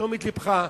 לתשומת לבך,